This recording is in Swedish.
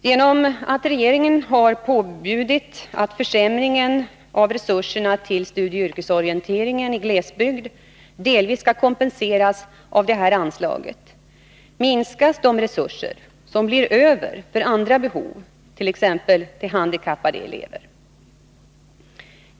Genom att regeringen har påbjudit att försämringen av resurserna till studieoch yrkesorienteringen i glesbygd delvis skall kompenseras av detta anslag, minskas de resurser som ”blir över” för andra behov, t.ex. för handikappade elever.